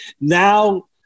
now